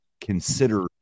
consider